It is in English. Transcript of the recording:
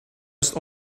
must